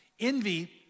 envy